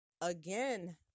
again